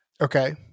Okay